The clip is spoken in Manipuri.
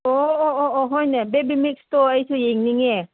ꯑꯣ ꯑꯣ ꯑꯣ ꯑꯣ ꯍꯣꯏꯅꯦ ꯕꯦꯕꯤ ꯃꯤꯛꯁꯇꯣ ꯑꯩꯁꯨ ꯌꯦꯡꯅꯤꯡꯉꯦ